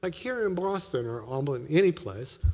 like here in boston, or um but and any place,